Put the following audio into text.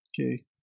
Okay